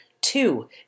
Two